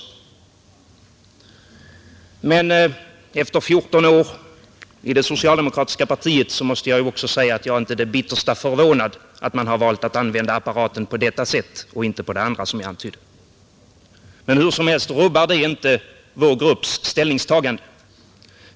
Men efter 14 år i det socialdemokratiska partiet måste jag också säga att jag inte är det bittersta förvånad över att man har valt att använda apparaten på detta sätt och inte på det andra sätt som jag antydde. Hur som helst rubbar detta inte vår grupps ställningstagande.